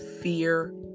fear